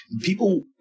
People